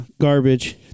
Garbage